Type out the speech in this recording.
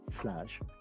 slash